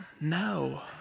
no